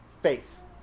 faith